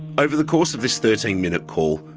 over the course of this thirteen minute call,